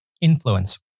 influence